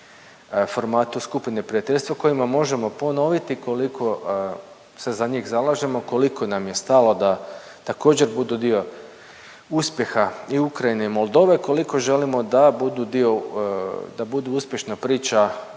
formatu skupine prijateljstva kojima možemo ponoviti koliko se za njih zalažemo, koliko nam je stalo da također budu dio uspjeha i Ukrajine i Moldove, koliko želimo da budu dio, da